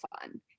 fun